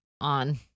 on